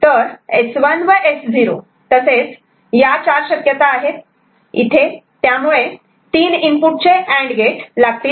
तर S1 व S0 तसेच या 4 शक्यता इथे आहेत त्यामुळे तीन इनपुट चे अँड गेट लागतील